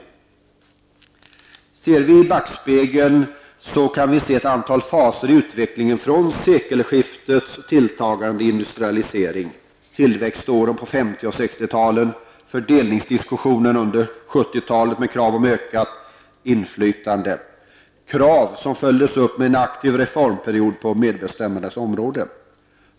Tittar vi i backspegeln, kan vi se ett antal faser i utvecklingen från sekelskiftets tilltagande industrialisering, tillväxtåren på 50 och 60-talen, fördelningsdiskussionen under 70-talet med krav om ökat inflytande, krav som följdes av en aktiv reformpolitik på medbestämmandets område.